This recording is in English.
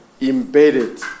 embedded